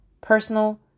Personal